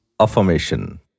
affirmation